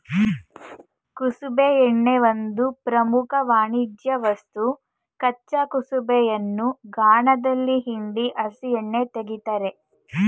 ಕುಸುಬೆ ಎಣ್ಣೆ ಒಂದು ಪ್ರಮುಖ ವಾಣಿಜ್ಯವಸ್ತು ಕಚ್ಚಾ ಕುಸುಬೆಯನ್ನು ಗಾಣದಲ್ಲಿ ಹಿಂಡಿ ಹಸಿ ಎಣ್ಣೆ ತೆಗಿತಾರೆ